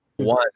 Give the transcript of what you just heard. One